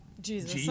Jesus